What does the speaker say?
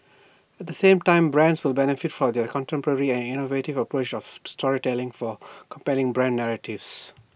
at the same time brands will benefit from their contemporary and innovative approach of to storytelling for compelling brand narratives